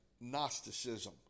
Gnosticism